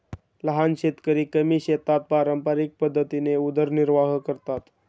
लहान शेतकरी कमी शेतात पारंपरिक पद्धतीने उदरनिर्वाह करतात